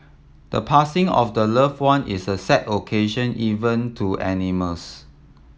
the passing of the loved one is a sad occasion even to animals